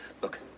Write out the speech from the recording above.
look